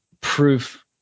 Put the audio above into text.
proof